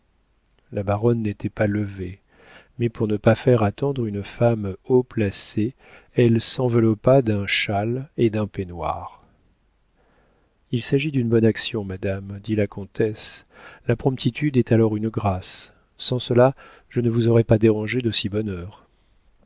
la baronne n'était pas levée mais pour ne pas faire attendre une femme haut placée elle s'enveloppa d'un châle et d'un peignoir il s'agit d'une bonne action madame dit la comtesse la promptitude est alors une grâce sans cela je ne vous aurais pas dérangée de si bonne